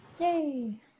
Yay